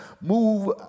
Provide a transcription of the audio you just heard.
move